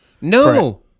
No